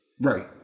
right